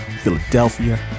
Philadelphia